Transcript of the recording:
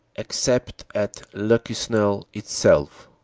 except at le quesnel itself.